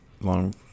long